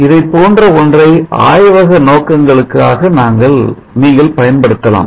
இதைப் போன்ற ஒன்றை ஆய்வக நோக்கங்களுக்காக நீங்கள் பயன்படுத்தலாம்